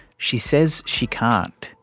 she says she can't,